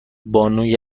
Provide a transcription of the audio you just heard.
بانون